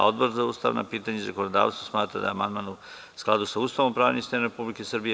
Odbor za ustavna pitanja i zakonodavstvo smatra da je amandman u skladu sa Ustavom i pravnim sistemom Republike Srbije.